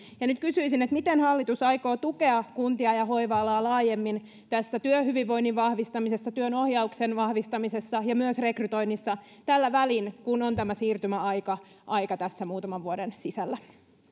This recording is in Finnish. nyt kysyisin miten hallitus aikoo tukea kuntia ja hoiva alaa laajemmin tässä työhyvinvoinnin vahvistamisessa työnohjauksen vahvistamisessa ja myös rekrytoinnissa tällä välin kun on tämä siirtymäaika tässä muutaman vuoden sisällä